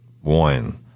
One